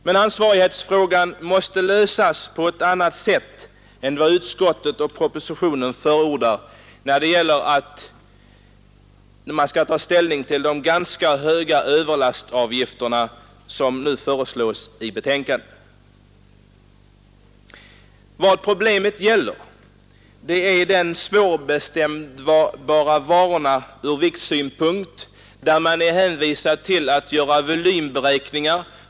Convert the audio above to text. Men ansvarsfrågan måste lösas på annat sätt än vad man föreslagit i propositionen och i utskottets betänkande i och med de ganska höga överlastsavgifter som där förordas. Det stora problemet i det sammanhanget är de material som är svårbestämda ur viktsynpunkt och där man är hänvisad till att göra volymberäkningar.